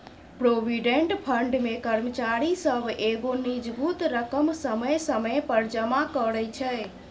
provident fund मे कर्मचारी सब एगो निजगुत रकम समय समय पर जमा करइ छै